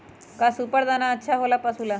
का सुपर दाना अच्छा हो ला पशु ला?